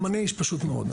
גם אני איש פשוט מאוד.